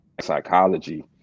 psychology